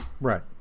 Right